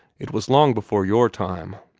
it was long before your time.